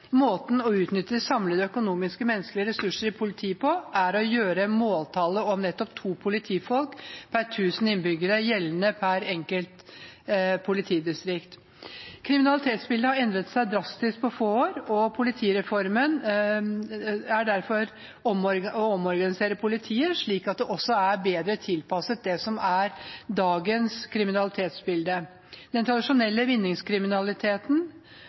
måten å utnytte de samlede økonomiske og menneskelige ressursene i politiet på er å gjøre måltallet om to politifolk per tusen innbyggere gjeldende per politidistrikt. Kriminalitetsbildet har endret seg drastisk på få år, og politireformen omorganiserer derfor politiet slik at det er bedre tilpasset det som er dagens kriminalitetsbilde. Den tradisjonelle vinningskriminaliteten